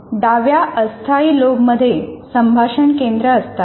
डाव्या अस्थायी लोबमध्ये संभाषण केंद्र असतात